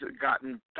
gotten